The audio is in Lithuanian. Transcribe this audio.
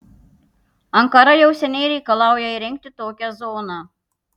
ankara jau seniai reikalauja įrengti tokią zoną